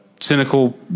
cynical